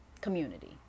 community